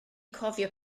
cofio